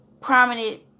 prominent